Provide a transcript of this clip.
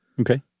Okay